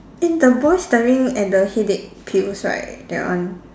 in the boys staring at the headache pills right that one